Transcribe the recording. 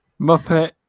Muppet